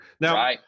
Now